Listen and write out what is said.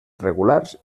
regulars